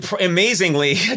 amazingly